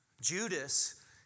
Judas